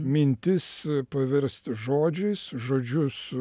mintis paversti žodžiais žodžius